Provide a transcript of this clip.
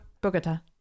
Bogota